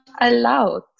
allowed